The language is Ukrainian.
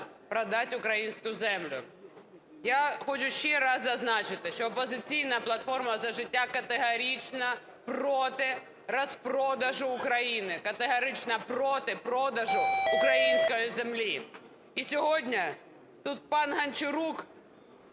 продати українську землю. Я хочу ще раз зазначити, що "Опозиційна платформа - За життя" категорично проти розпродажу України, категорично проти продажу української землі. І сьогодні тут пан Гончарук